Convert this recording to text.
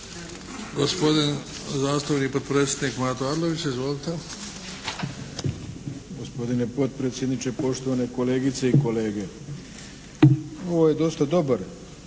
Gospodin zastupnik potpredsjednik Mato Arlović. Izvolite. **Arlović, Mato (SDP)** Gospodine potpredsjedniče, poštovane kolegice i kolege. Ovo je dosta dobar